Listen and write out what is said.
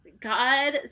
God